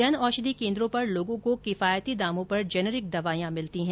जन औषधि केन्द्रों पर लोगों को किफायती दामों पर जैनरिक दवाइयां मिलती है